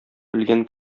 белгән